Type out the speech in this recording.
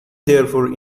therefore